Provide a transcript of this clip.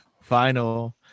final